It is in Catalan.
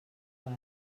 val